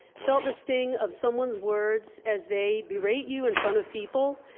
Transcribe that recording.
felt the sting of someone's words as they berate you in front of people?